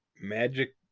Magic